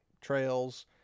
trails